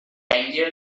tangier